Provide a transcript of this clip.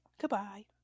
Goodbye